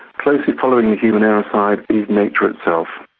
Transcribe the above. closely following the human error side is nature itself.